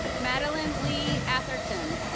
madeline lee atherton.